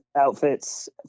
Outfits